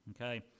okay